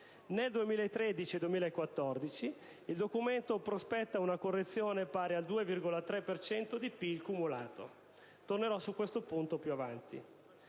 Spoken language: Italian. nel 2014 il Documento prospetta una correzione pari al 2,3 per cento di PIL cumulato. Tornerò su questo punto più avanti.